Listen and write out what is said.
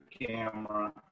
camera